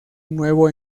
nuevo